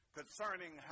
concerning